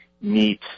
meet